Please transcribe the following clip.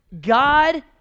God